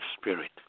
spirit